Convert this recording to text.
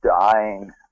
dying